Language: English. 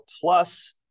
Plus